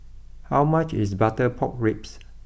how much is Butter Pork Ribs